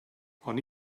oni